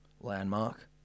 landmark